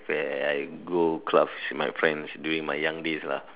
when I go clubs with my friends during my young days lah